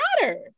matter